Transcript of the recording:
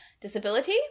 disability